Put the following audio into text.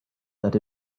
that